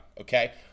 okay